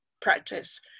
practice